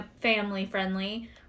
family-friendly